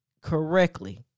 correctly